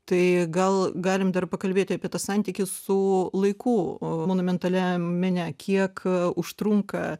tai gal galim dar pakalbėti apie tą santykį su laiku o monumentaliajam mene kiek užtrunka